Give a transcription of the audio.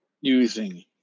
using